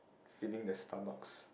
feeding the Starbucks